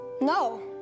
No